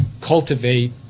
cultivate